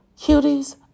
cuties